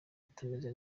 atameze